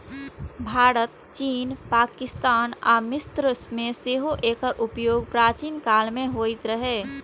भारत, चीन, पाकिस्तान आ मिस्र मे सेहो एकर उपयोग प्राचीन काल मे होइत रहै